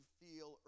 feel